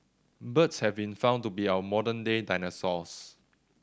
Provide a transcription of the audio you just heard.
birds have been found to be our modern day dinosaurs